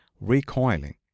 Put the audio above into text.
recoiling